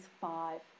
five